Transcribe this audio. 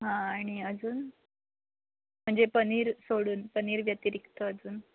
हां आणि अजून म्हणजे पनीर सोडून पनीर व्यतिरिक्त अजून